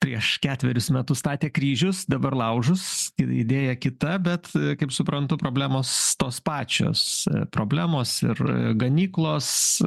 prieš ketverius metus statė kryžius dabar laužus ir idėja kita bet kaip suprantu problemos tos pačios problemos ir ganyklos